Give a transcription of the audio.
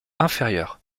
inférieurs